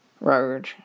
road